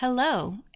Hello